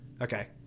Okay